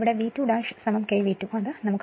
V2 K V2 അത് നമുക്കറിയാം